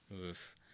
Oof